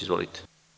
Izvolite.